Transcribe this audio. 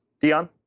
Dion